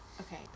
Okay